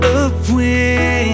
away